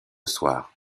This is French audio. soir